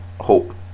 hope